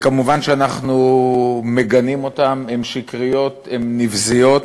מובן שאנחנו מגנים אותן, הן שקריות, הן נבזיות,